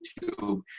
YouTube